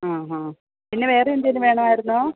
ആ ആ പിന്നെ വേറെ എന്തെങ്കിലും വേണമായിരുന്നോ